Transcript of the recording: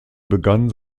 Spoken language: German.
begann